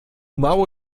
mało